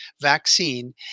vaccine